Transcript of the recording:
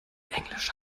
englisch